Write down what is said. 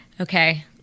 okay